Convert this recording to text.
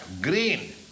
green